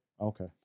Okay